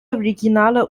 regionale